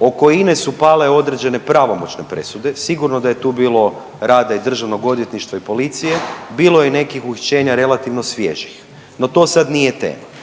Oko INA-e su pale određene pravomoćne presude, sigurno da je tu bilo rada i državnog odvjetništva i policije, bilo je i nekih uhićenja, relativno svježih, no to sad nije tema.